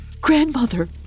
Grandmother